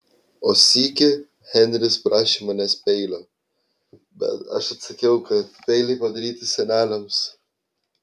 o sykį henris prašė manęs peilio bet aš atsakiau kad peiliai padaryti seneliams